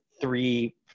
three